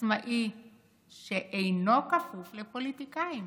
ועצמאי שאינו כפוף לפוליטיקאים